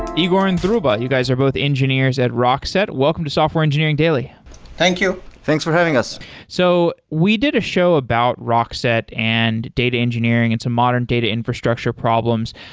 igor and dhruba, you guys are both engineers at rockset. welcome to software engineering daily thank you. thanks for having us so we did a show about rockset and data engineering and some modern data infrastructure problems.